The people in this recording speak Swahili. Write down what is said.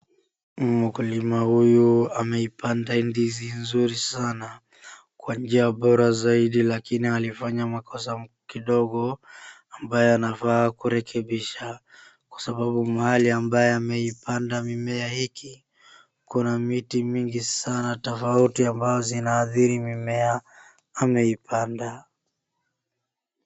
Mkulima huyu ameipanda ndizi nzuri sana kwa njia bora zaidi lakini alifanya makosa kidogo, amabyo anafaa kurekebisha kwa sababu mahali ambayo imeipanda mimea hii, kuna miti mingi sana ambayo inaathiri mimea ameipanda.